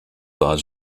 war